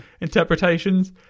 interpretations